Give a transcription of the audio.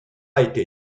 était